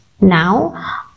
Now